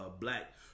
black